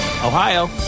Ohio